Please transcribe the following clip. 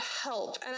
help